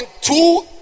two